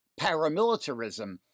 paramilitarism